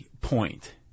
point